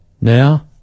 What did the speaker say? Now